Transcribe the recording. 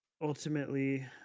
ultimately